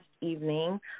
evening